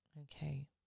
okay